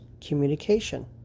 communication